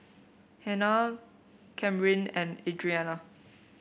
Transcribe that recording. Hanna Camryn and Adriana